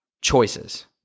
choices